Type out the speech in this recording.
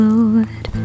Lord